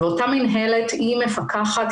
ואותה מינהלת מפקחת,